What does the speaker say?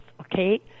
okay